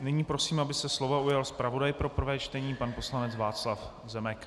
Nyní prosím, aby se slova ujal zpravodaj pro prvé čtení pan poslanec Václav Zemek.